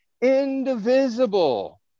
indivisible